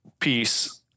peace